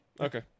Okay